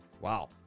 Wow